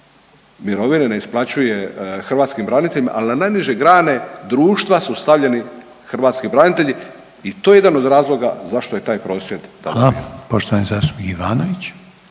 mirovine, ne isplaćuje hrvatskim braniteljima, ali na najniže grane društva su stavljeni hrvatski branitelji i to je jedan od razloga zašto je taj prosvjed .../Upadica: Hvala./...